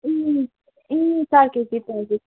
ए ए चार केजी चार केजी